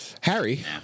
Harry